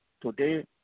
today